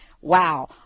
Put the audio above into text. wow